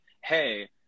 hey